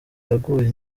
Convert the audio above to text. yaguye